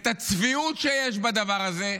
את הצביעות שיש בדבר הזה,